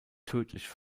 tödlich